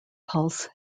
pulse